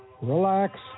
relax